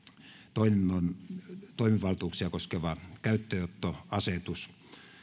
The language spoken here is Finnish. toinen on toimivaltuuksia koskeva käyttöönottoasetus